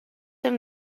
him